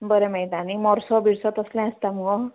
बरें मेयटा न्ही मोडसो बिडसो तसलें आसता मुगो